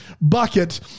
bucket